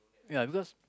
ya because